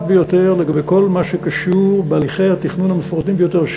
ביותר לגבי כל מה שקשור בהליכי התכנון המפורטים ביותר,